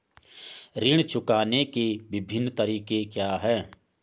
ऋण चुकाने के विभिन्न तरीके क्या हैं?